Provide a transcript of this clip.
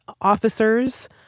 officers